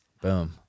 Boom